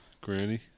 Granny